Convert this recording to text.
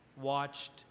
watched